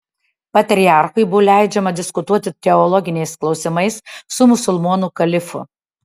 patriarchui buvo leidžiama diskutuoti teologiniais klausimais su musulmonų kalifu